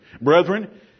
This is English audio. Brethren